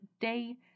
day